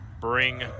Bring